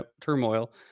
turmoil